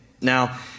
Now